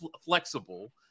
flexible